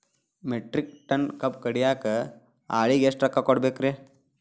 Metric tonne ಕಬ್ಬು ಕಡಿಯಾಕ ಆಳಿಗೆ ಎಷ್ಟ ರೊಕ್ಕ ಕೊಡಬೇಕ್ರೇ?